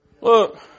Look